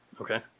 Okay